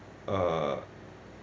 uh